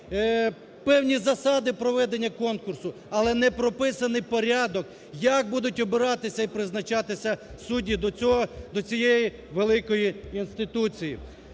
певні засади проведення конкурсу, але не прописаний порядок, як будуть обиратися і призначатися судді до цієї великої інституції.